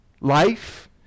life